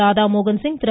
Radha Mohan Singh Thiru